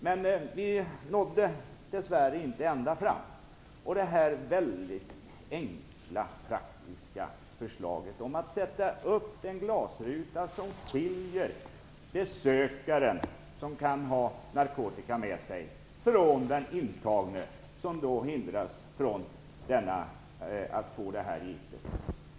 Men vi nådde dess värre inte nu ända fram. Det finns ett väldigt enkelt och praktiskt förslag om att sätta upp en glasruta som skiljer besökaren, som kan ha narkotika med sig, från den intagne, som då hindras att få detta gift. Herr talman!